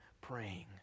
praying